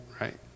right